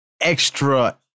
extra